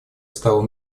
стала